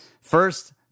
first